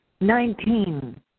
nineteen